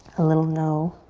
a little no.